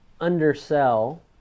undersell